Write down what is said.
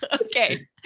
Okay